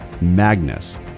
Magnus